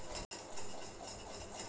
এই সপ্তাহে ভুট্টার মার্কেট কেমন?